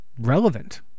relevant